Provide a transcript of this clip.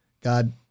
God